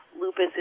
lupus